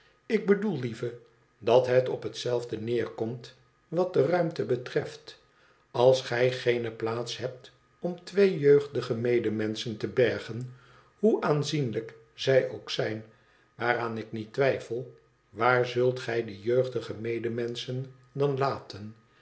excuus bedoel lieve dat het op hetzelfde neerkomt wat de ruimte betreft als gij geeneplaatshebt om twee jeugdige medemenschen te berden hoe aanzienlijk zij ook zijn waaraan ik niet twijfel waar zult gij die jeugdige medemenschen dan laten